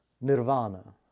nirvana